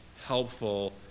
helpful